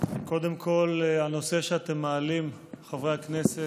קודם כול, הנושא שאתם מעלים, חברי הכנסת,